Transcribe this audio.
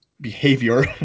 behavior